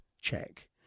check